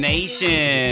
Nation